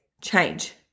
change